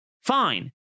Fine